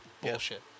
Bullshit